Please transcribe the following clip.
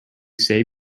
save